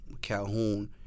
Calhoun